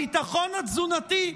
הביטחון התזונתי,